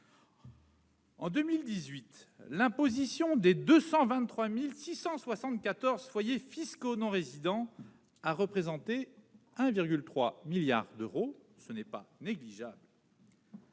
En 2018, l'imposition des 223 674 foyers fiscaux non résidents a représenté 1,3 milliard d'euros, ce qui n'est pas négligeable.